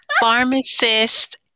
pharmacist